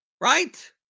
Right